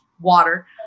water